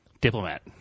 diplomat